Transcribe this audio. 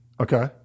Okay